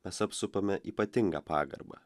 mes apsupame ypatinga pagarba